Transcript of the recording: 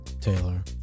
Taylor